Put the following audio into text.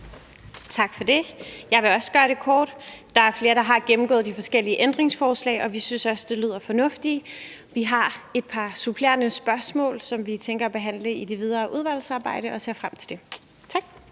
Tak for det. Jeg vil også gøre det kort. Der er flere, der har gennemgået de forskellige ændringsforslag, og vi synes også, at de lyder fornuftige. Vi har et par supplerende spørgsmål, som vi tænker at behandle i det videre udvalgsarbejde, og det ser vi frem til. Tak.